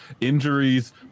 injuries